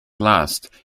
last